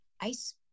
ice